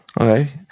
Okay